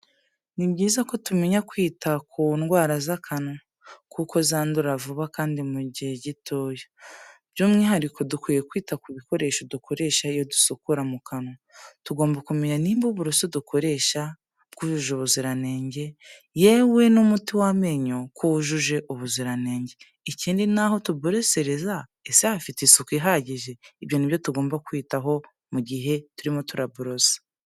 Ni byiza ko tumenya kwita ku ndwara z'akanwa, kuko zandura vuba kandi mu gihe gitoya, by'umwihariko dukwiye kwita ku bikoresho dukoresha iyo dusukura mu kanwa, tugomba kumenya nimba uburoso dukoresha bwujuje ubuziranenge, yewe n'umuti w'amenyo ku wujuje ubuziranenge, ikindi n'aho tuborosereza ese hafite isuku ihagije? Ibyo nibyo tugomba kwitaho mu gihe turimo turaborosa.